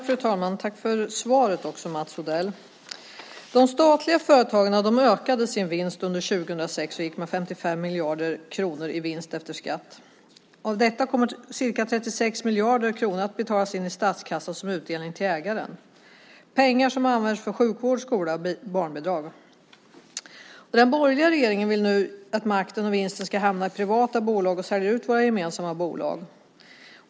Fru talman! Tack för svaret, Mats Odell! De statliga företagen ökade sin vinst under 2006 och gick med 55 miljarder kronor i vinst efter skatt. Av detta kommer ca 36 miljarder kronor att betalas in i statskassan som utdelning till ägaren, pengar som används för sjukvård, skola och barnbidrag. Den borgerliga regeringen vill nu att makten och vinsten ska hamna i privata bolag och vill sälja ut våra gemensamma bolag.